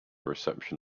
reception